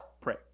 pray